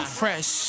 fresh